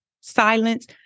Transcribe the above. silence